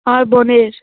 আমার বোনের